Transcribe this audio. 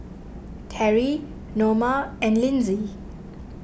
Terry Noma and Lindsey